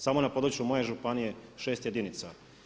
Samo na području moje županije šest jedinica.